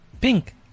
Pink